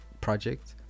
project